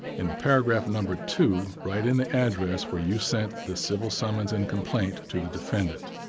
in the paragraph numbered two, write in the address where you sent the civil summons and complaint to the defendant.